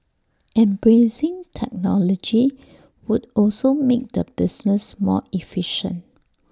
embracing technology would also make the business more efficient